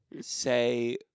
say